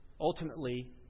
ultimately